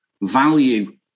value